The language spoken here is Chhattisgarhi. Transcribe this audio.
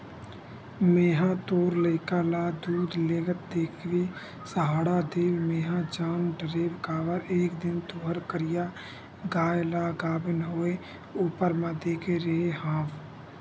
मेंहा तोर लइका ल दूद लेगत देखेव सहाड़ा देव मेंहा जान डरेव काबर एक दिन तुँहर करिया गाय ल गाभिन होय ऊपर म देखे रेहे हँव